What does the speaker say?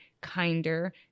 kinder